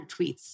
tweets